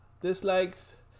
dislikes